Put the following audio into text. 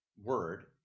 word